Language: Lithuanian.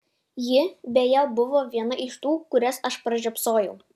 ji beje buvo viena iš tų kurias aš pražiopsojau